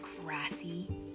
grassy